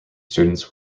students